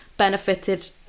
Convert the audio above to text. benefited